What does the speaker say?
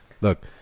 look